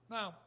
Now